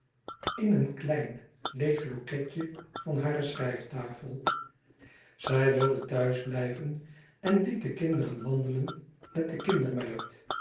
in een klein leêg loketje van hare schrijftafel zij wilde thuis blijven en liet de kinderen wandelen met de